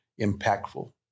impactful